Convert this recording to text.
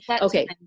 Okay